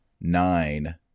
nine